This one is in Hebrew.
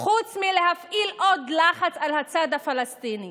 חוץ מלהפעיל עוד לחץ על הצד הפלסטיני